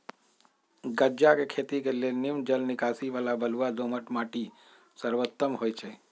गञजा के खेती के लेल निम्मन जल निकासी बला बलुआ दोमट माटि सर्वोत्तम होइ छइ